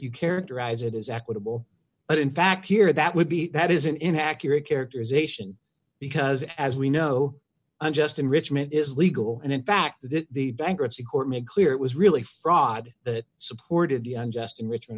you characterize it as equitable but in fact here that would be that is an inaccurate characterization because as we know unjust enrichment is legal and in fact the bankruptcy court made clear it was really fraud that supported the unjust enrichment